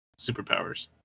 superpowers